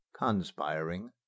Conspiring